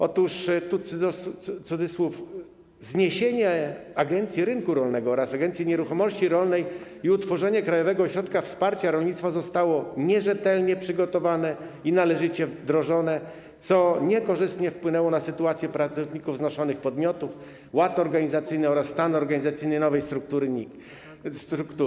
Otóż - tu cudzysłów - zniesienie Agencji Rynku Rolnego oraz Agencji Nieruchomości Rolnych i utworzenie Krajowego Ośrodka Wsparcia Rolnictwa zostało nierzetelnie przygotowane i nienależycie wdrożone, co niekorzystnie wpłynęło na sytuację pracowników zgłoszonych podmiotów, ład organizacyjny oraz stan organizacyjny nowej struktury NIK.